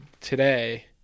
today